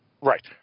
Right